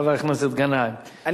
חבר הכנסת גנאים,